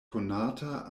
konata